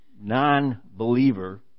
non-believer